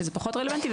שזה פחות רלוונטי,